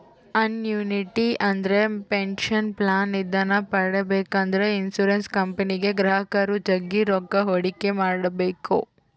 annuity ಅಂದ್ರೆ pension plan ಇದನ್ನ ಪಡೆಬೇಕೆಂದ್ರ ಇನ್ಶುರೆನ್ಸ್ ಕಂಪನಿಗೆ ಗ್ರಾಹಕರು ಜಗ್ಗಿ ರೊಕ್ಕ ಹೂಡಿಕೆ ಮಾಡ್ಬೇಕು